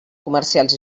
comercials